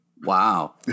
Wow